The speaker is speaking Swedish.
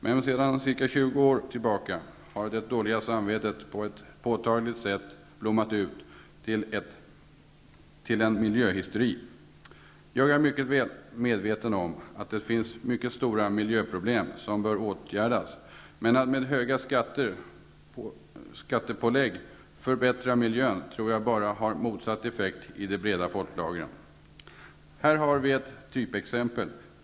Men sedan ca 20 år tillbaka har det dåliga samvetet på ett påtagligt sätt blommat ut till miljöhysteri. Jag är väl medveten om att det finns mycket stora miljöproblem som bör åtgärdas, men att med höga skattepålägg försöka förbättra miljön tror jag bara har motsatt effekt i de breda folklagren. Jag har här ett typexempel.